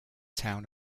town